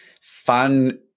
fun